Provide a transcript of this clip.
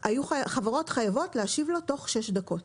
החברות חייבות להשיב לו תוך שש דקות.